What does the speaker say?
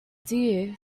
deer